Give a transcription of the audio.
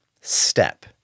step